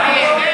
אריה,